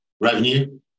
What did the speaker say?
revenue